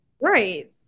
Right